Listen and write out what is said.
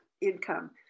income